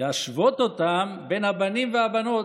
להשוות בין הבנים לבנות.